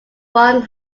one